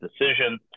decision